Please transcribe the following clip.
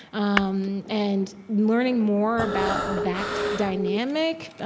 um and learning more about that dynamic, ah